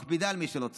ומכבידה על מי שלא צריך.